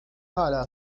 hala